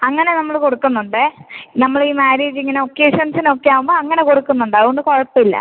അങ്ങനെ നമ്മൾ കൊടുക്കുന്നുണ്ടേ നമ്മൾ ഈ മാര്യേജ് ഇങ്ങനെ ഒക്കേഷൻസിന് ഒക്കെ ആവുമ്പോൾ അങ്ങനെ കൊടുക്കുന്നുണ്ട് അതുകൊണ്ട് കുഴപ്പമില്ല